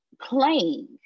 playing